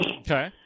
Okay